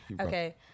Okay